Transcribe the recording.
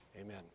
Amen